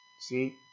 See